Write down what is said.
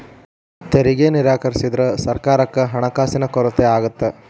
ತೆರಿಗೆ ನಿರಾಕರಿಸಿದ್ರ ಸರ್ಕಾರಕ್ಕ ಹಣಕಾಸಿನ ಕೊರತೆ ಆಗತ್ತಾ